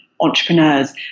entrepreneurs